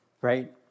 right